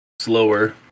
slower